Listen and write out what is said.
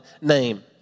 name